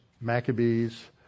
Maccabees